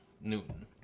Newton